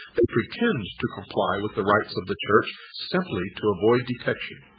they pretend to comply with the rites of the church simply to avoid detection.